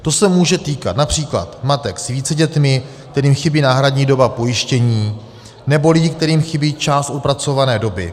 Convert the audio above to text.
To se může týkat například matek s více dětmi, kterým chybí náhradní doba pojištění, nebo lidi, kterým chybí část odpracované doby.